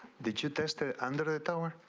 did you test it under the door.